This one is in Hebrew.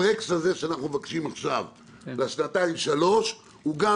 הברקס הזה שאנחנו מבקשים עכשיו לשנתיים-שלוש הוא גם